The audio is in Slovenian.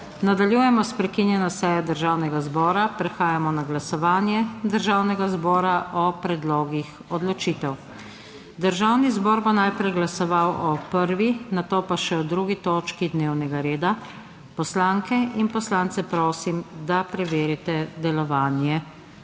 nadaljujemo s prekinjeno sejo Državnega zbora. Prehajamo na glasovanje Državnega zbora o predlogih odločitev. Državni zbor bo najprej glasoval o 1., nato pa še o 2. točki dnevnega reda. Poslanke in poslance prosim, da preverite delovanje